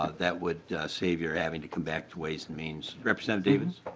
that would save your having to come back to ways and means. representative davids.